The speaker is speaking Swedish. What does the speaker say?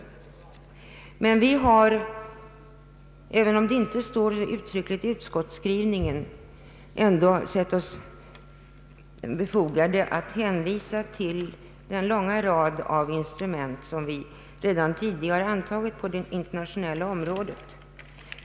även om det inte uttryckligen står i utskottets skriv avskaffande av rasdiskriminering, m.m. ning har vi ansett det befogat att hänvisa till den långa rad av instrument som vi redan tidigare antagit på det internationella området.